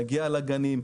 נגיע לגנים,